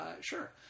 sure